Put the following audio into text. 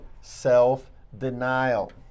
self-denial